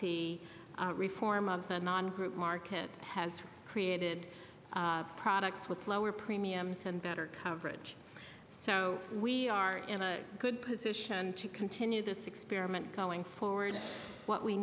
the reform of the nonwhite market has created products with lower premiums and better coverage so we are in a good position to continue this experiment going forward what we